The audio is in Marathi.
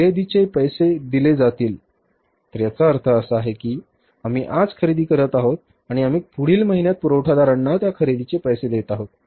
तर याचा अर्थ असा आहे की आम्ही आज खरेदी करीत आहोत आणि आम्ही पुढील महिन्यात पुरवठादारांना त्या खरेदीचे पैसे देत आहोत